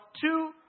two